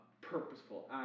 purposeful